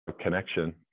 connection